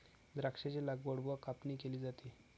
द्राक्षांची लागवड व कापणी केली जाते